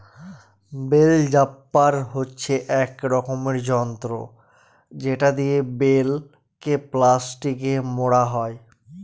bell wrapper হচ্ছে এক রকমের যন্ত্র যেটা দিয়ে বেল কে প্লাস্টিকে মোড়া হয়